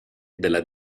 della